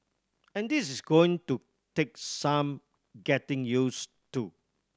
and this is going to take some getting use to